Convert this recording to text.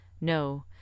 NO